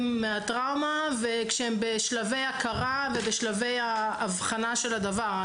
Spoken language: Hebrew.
מהטראומה וכשהם בשלבי הכרה ובשלבי האבחנה של הדבר.